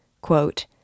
Quote